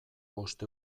bost